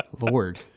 lord